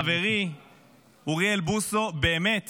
חברי אוריאל בוסו, באמת